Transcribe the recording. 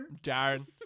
Darren